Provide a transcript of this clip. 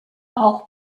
auch